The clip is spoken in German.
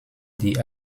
die